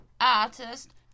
artist